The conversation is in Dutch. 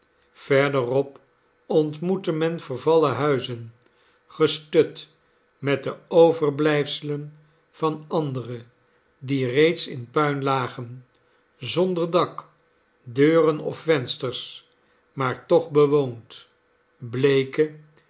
verderop ontmoette men vervallen huizen gestut metde overblijfselen van andere die reeds in puin lagen zonder dak deuren of vensters maar toch bewoond bleeke